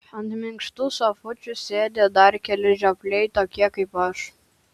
ant minkštų sofučių sėdi dar keli žiopliai tokie kaip aš